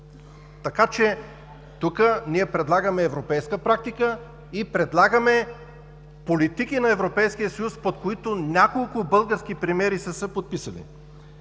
Така че тук ние предлагаме европейска практика и предлагаме политики на Европейския съюз, под които са се подписали